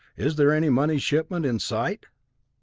is there any money shipment in sight?